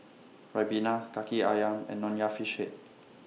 Ribena Kaki Ayam and Nonya Fish Head